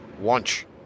Lunch